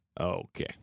Okay